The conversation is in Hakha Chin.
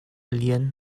lian